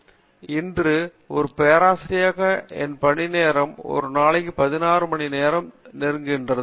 காமகோடி இன்று ஒரு பேராசிரியராக என் பணிநேரம் நாள் ஒன்றுக்கு 16 மணி நேரம் நெருங்கியது